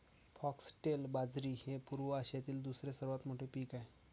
foxtail बाजरी हे पूर्व आशियातील दुसरे सर्वात मोठे पीक आहे